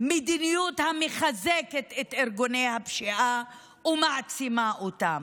מדיניות המחזקת את ארגוני הפשיעה ומעצימה אותם.